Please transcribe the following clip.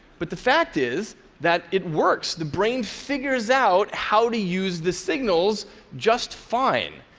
but the fact is that it works the brain figures out how to use the signals just fine.